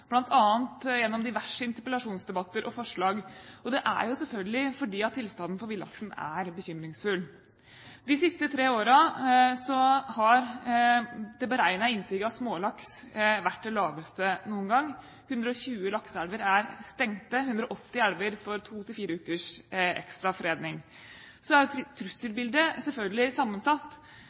gjennom diverse interpellasjonsdebatter og forslag, og det er selvfølgelig fordi tilstanden for villaksen er bekymringsfull. De siste tre årene har det beregnede innsiget av smålaks vært det laveste noen gang. 120 lakseelver er stengt, og 180 elver får to–fire ukers ekstra fredning. Så er trusselbildet selvfølgelig sammensatt.